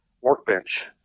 workbench